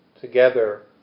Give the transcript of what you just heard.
together